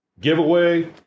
giveaway